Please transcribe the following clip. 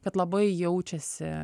kad labai jaučiasi